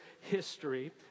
history